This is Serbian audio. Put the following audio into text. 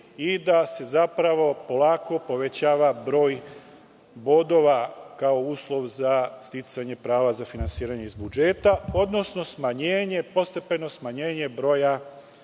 i da se zapravo polako povećava broj bodova kao uslov za sticanje prava za finansiranje iz budžeta, odnosno postepeno smanjenje broja